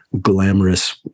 glamorous